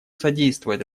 содействовать